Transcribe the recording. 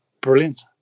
brilliant